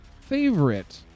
favorite